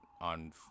on